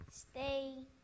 stay